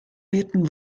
litten